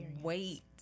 wait